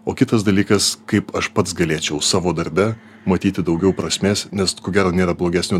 o kitas dalykas kaip aš pats galėčiau savo darbe matyti daugiau prasmės nes ko gero nėra blogesnio